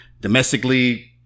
domestically